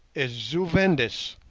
is zu-vendis,